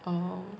oh